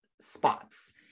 spots